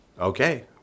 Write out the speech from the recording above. Okay